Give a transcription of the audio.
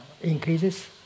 increases